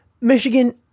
Michigan